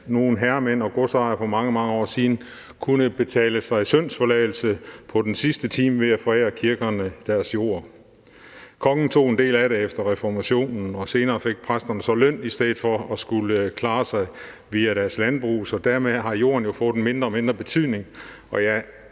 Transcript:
nogle herremænd og godsejere for mange, mange år siden kunne betale sig til syndsforladelse i den sidste time ved at forære kirkerne deres jord. Kongen tog en del af den efter reformationen, og senere fik præsterne så løn i stedet for at skulle klare sig via deres landbrug, så dermed har jorden jo fået en mindre og mindre betydning. Og